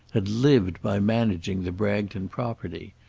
had lived by managing the bragton property.